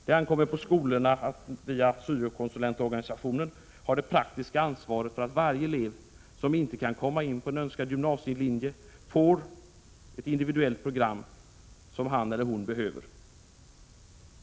Det ankommer på skolorna att via syokonsultorganisationen ha det praktiska ansvaret för att varje elev som inte kan komma in på önskad gymnasielinje får det individuella program som hon eller han behöver.